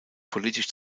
politisch